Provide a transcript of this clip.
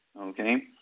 Okay